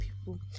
people